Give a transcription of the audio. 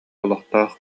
олохтоох